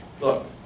Look